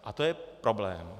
A to je problém.